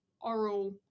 oral